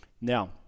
Now